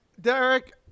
Derek